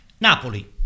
Napoli